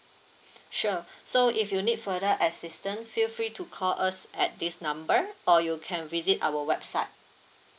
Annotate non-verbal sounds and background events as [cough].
[breath] sure [breath] so if you need further assistant feel free to call us at this number or you can visit our website